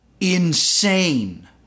insane